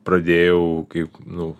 pradėjau kaip nu